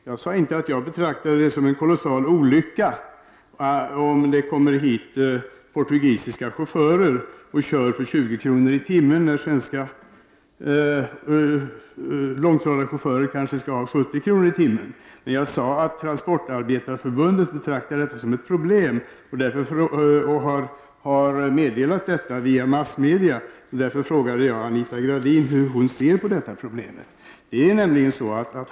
Jag sade inte att jag skulle betrakta det som en kolossal olycka om det kommer hit portugisiska chaufförer och kör för 20 kr. tim. Jag sade däremot att Transportarbetareförbundet betraktar detta som ett problem och har meddelat det via massmedia. Därför frågade jag Anita Gradin hur hon ser på detta problem.